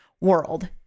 world